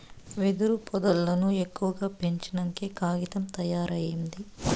వెదురు పొదల్లను ఎక్కువగా పెంచినంకే కాగితం తయారైంది